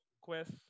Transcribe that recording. quest